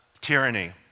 tyranny